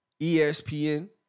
ESPN